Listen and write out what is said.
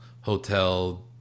hotel